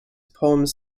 poems